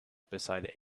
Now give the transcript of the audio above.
beside